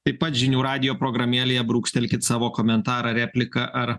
taip pat žinių radijo programėlėje brūkštelkit savo komentarą repliką ar